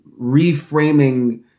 reframing